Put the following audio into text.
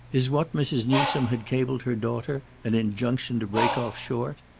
is what mrs. newsome had cabled her daughter an injunction to break off short?